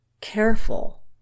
careful